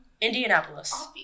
Indianapolis